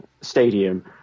stadium